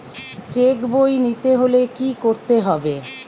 Check বই নিতে হলে কি করতে হবে?